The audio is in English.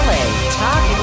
Talk